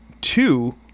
two